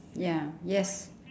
ya yes